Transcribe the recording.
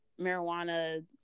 marijuana